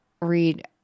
read